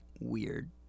weird